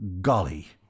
Golly